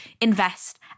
invest